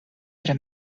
tre